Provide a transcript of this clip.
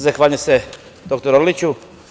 Zahvaljujem se, dr Orliću.